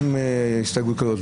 עם הסתייגות כזאת,